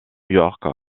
york